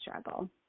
struggle